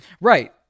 Right